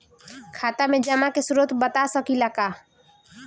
खाता में जमा के स्रोत बता सकी ला का?